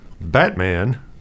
Batman